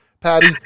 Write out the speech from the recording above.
Patty